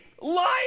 Lying